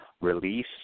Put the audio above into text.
release